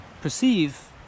perceive